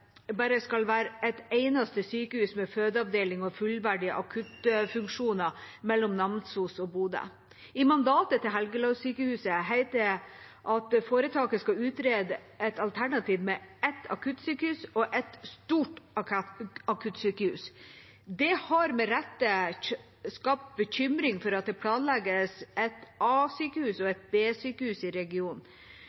bare skal være ett eneste sykehus med fødeavdeling og fullverdige akuttfunksjoner mellom Namsos og Bodø. I mandatet til Helgelandssykehuset heter det at foretaket skal utrede et alternativ med et akuttsykehus og et stort akuttsykehus. Det har med rette skapt bekymring for at det planlegges et a-sykehus og